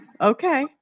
okay